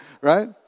Right